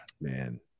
Man